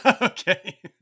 Okay